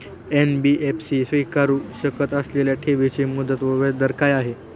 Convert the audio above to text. NBFC स्वीकारु शकत असलेल्या ठेवीची मुदत व व्याजदर काय आहे?